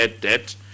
debt